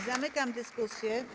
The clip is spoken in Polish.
Zamykam dyskusję.